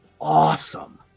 awesome